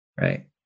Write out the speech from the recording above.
Right